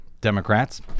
Democrats